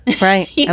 right